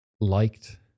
liked